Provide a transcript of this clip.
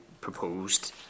proposed